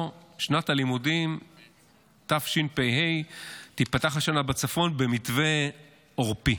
שנת הלימודים תשפ"ה תיפתח השנה בצפון במתווה עורפי,